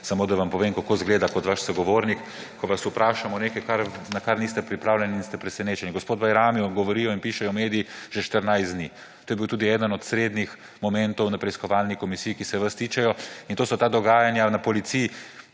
Samo da vam povem, kako zgleda kot vaš sogovornik, ko vas vprašamo nekaj, na kar niste pripravljeni in ste presenečeni. O gospodu Bajramiju govorijo in pišejo mediji že 14 dni. To je bil tudi eden od osrednjih momentov na preiskovalni komisiji, ki se vas tičejo. To so ta dogajanja na policiji,